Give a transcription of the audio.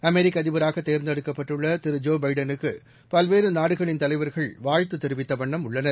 அமெிக்கஅதிபராகதேர்ந்தெடுக்கப்பட்டுள்ளதிருஜோபைடனுக்குபல்வேறுநாடுகளின் தலைவர்கள் வாழ்த்துதெிவித்தவண்ணம் உள்ளனர்